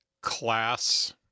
class